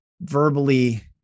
verbally